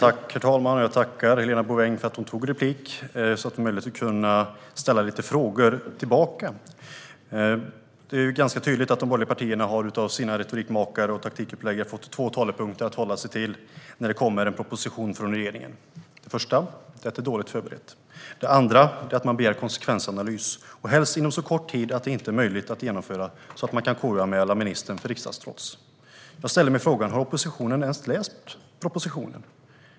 Herr talman! Jag tackar Helena Bouveng för att hon begärde replik så att jag får möjlighet att ställa lite frågor tillbaka. Det är ganska tydligt att de borgerliga partierna av sina retorikmakare och taktikuppläggare har fått två talepunkter att hålla sig till när det kommer en proposition från regeringen. Den första är att man säger att det är dåligt förberett och den andra är att man begär konsekvensanalys - helst inom så kort tid att en sådan inte är möjlig att genomföra och man då kan KU-anmäla ministern för riksdagstrots. Jag ställer mig frågande. Har oppositionen ens läst propositionen?